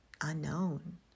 unknown